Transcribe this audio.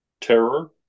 terror